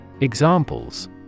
Examples